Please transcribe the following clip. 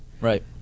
Right